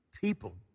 people